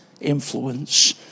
influence